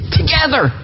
together